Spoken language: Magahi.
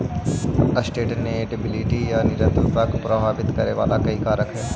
सस्टेनेबिलिटी या निरंतरता को प्रभावित करे वाला कई कारक हई